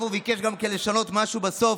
הוא גם ביקש לשנות משהו בסוף.